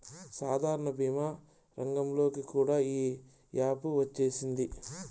సాధారణ భీమా రంగంలోకి కూడా ఈ యాపు వచ్చేసింది